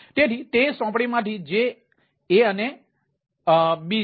તેથી તે સોંપણીમાંથી જે એ અને બી છે